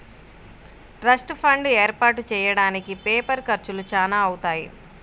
trust fund ఏర్పాటు చెయ్యడానికి paper ఖర్చులు చానా అవుతాయి